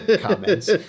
comments